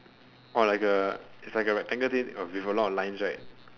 oh like a it's like a rectangular base with a lot of lines right